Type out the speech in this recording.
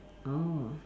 oh